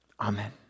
Amen